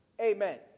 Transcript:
Amen